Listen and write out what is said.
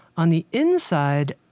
on the inside,